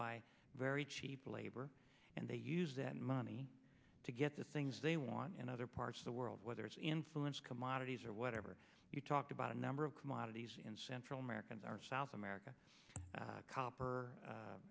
by very cheap labor and they use that money to get the things they want in other parts of the world whether it's influence commodities or whatever you talked about a number of commodities in central americans are south america copper